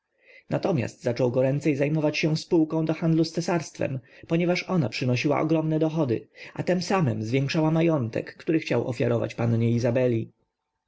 natomiast zaczął goręcej zajmować się spółką do handlu z cesarstwem ponieważ ona przynosiła ogromne dochody a temsamem zwiększała majątek który chciał ofiarować pannie izabeli